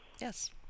Yes